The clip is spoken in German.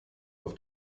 auf